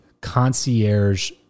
concierge